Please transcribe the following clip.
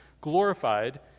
glorified